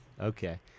Okay